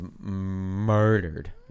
murdered